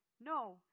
No